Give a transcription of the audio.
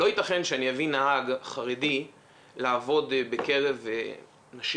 לא ייתכן שאני אביא נהג חרדי לעבוד בקרב נשים